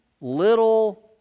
little